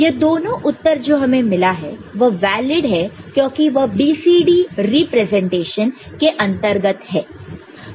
यह दोनों उत्तर जो हमें मिला है वह वैलिड है क्योंकि वह BCD रिप्रेजेंटेशन के अंतर्गत है